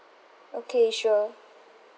okay sure